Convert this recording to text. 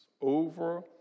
over